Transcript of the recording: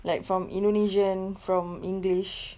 like from indonesian from english